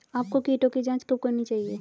आपको कीटों की जांच कब करनी चाहिए?